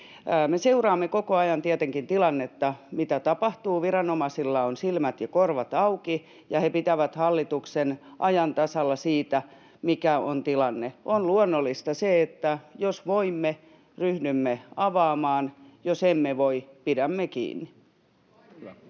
Me seuraamme koko ajan tietenkin tilannetta, mitä tapahtuu. Viranomaisilla on silmät ja korvat auki, ja he pitävät hallituksen ajan tasalla siitä, mikä on tilanne. On luonnollista, että jos voimme, ryhdymme avaamaan — jos emme voi, pidämme kiinni.